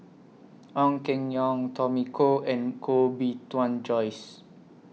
Ong Keng Yong Tommy Koh and Koh Bee Tuan Joyce